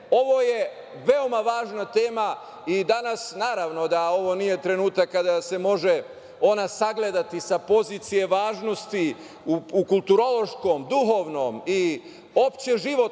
ovo je veoma važna tema. Danas, naravno, da ovo nije trenutak kada se ona može sagledati sa pozicije važnosti u kulturološkom, duhovnom i opšte životnom